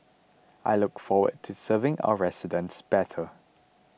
I look forward to serving our residents better